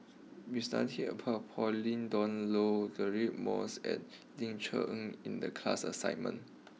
we studied about Pauline Dawn Loh Deirdre Moss and Ling Cher Eng in the class assignment